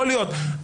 יכול להיות.